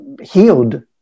healed